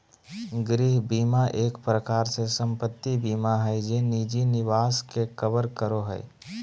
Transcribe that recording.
गृह बीमा एक प्रकार से सम्पत्ति बीमा हय जे निजी निवास के कवर करो हय